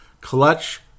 Clutch